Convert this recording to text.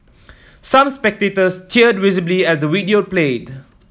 some spectators teared visibly as the video played